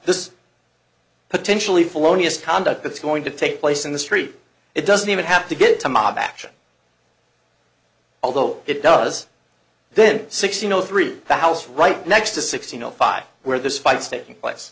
this is potentially felonious conduct that's going to take place in the street it doesn't even have to get to mob action although it does then six you know through the house right next to sixteen zero five where this fights taking place